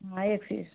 आइए फिर